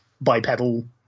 bipedal